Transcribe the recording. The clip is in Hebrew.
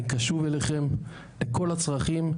אני קשוב אליכם לכל הצרכים,